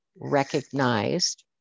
recognized